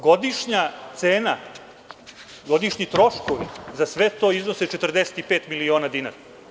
Godišnja cena, godišnji troškovi za sve to iznose 45 miliona dinara.